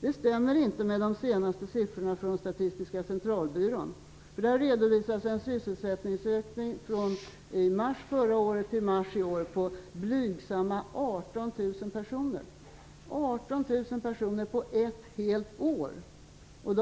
Det stämmer inte med de senaste siffrorna från Statistiska centralbyrån. Man redovisar där en sysselsättningsökning från mars förra året till mars i år på blygsamma 18 000 personer. 18 000 personer på ett helt år!